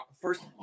first